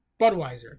Budweiser